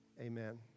Amen